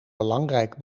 belangrijk